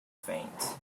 faint